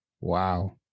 wow